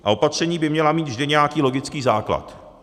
A opatření by měla mít vždy nějaký logický základ.